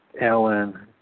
Alan